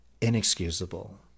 inexcusable